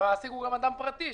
המעסיק הוא גם אדם פרטי,